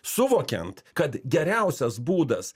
suvokiant kad geriausias būdas